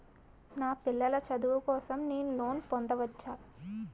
నా పిల్లల చదువు కోసం నేను లోన్ పొందవచ్చా?